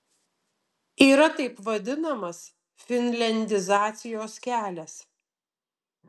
yra taip vadinamas finliandizacijos kelias